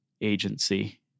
agency